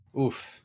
Oof